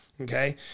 Okay